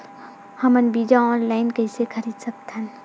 हमन बीजा ऑनलाइन कइसे खरीद सकथन?